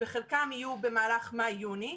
וחלקן יהיו במהלך מאי-יוני.